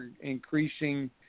increasing